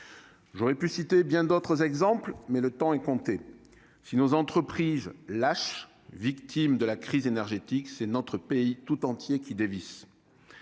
J'aurais pu citer bien d'autres exemples, mais le temps est compté. Si nos entreprises lâchent, victimes de la crise énergétique, c'est notre pays tout entier qui dévisse.